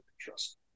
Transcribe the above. trust